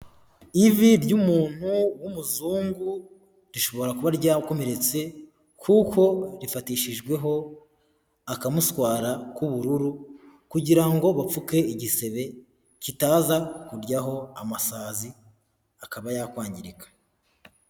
Ivi ry'umuntu w'umuzungu rishobora kuba ryakomeretse kuko rifatishijweho akamushwara k'ubururu kugira ngo bapfuke igisebe kitaza kujyaho amasazi akaba yakwangirika.